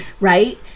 right